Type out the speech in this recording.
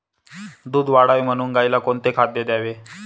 दूध वाढावे म्हणून गाईला कोणते खाद्य द्यावे?